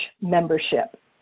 membership